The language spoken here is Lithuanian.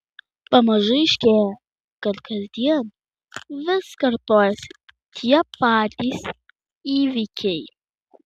pamažu aiškėja kad kasdien vis kartojasi tie patys įvykiai